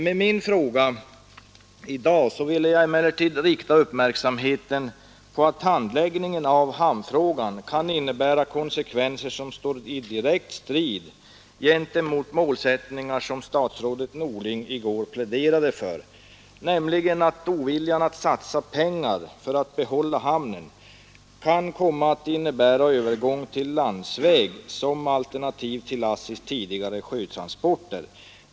Med min fråga i dag ville jag emellertid rikta uppmärksamheten på att handläggningen av hamnfrågan kan innebära kosekvenser som står i direkt strid med målsättningar som statsrådet Norling i går pläderade för, nämligen att oviljan att satsa pengar för att behålla hamnen kan komma att innebära en övergång till landsvägstransporter såsom alternativ till ASSI:s tidigare sjötransporter.